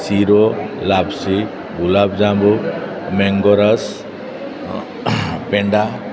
શીરો લાપસી ગુલાબજાંબુ મેંગો રસ પેંડા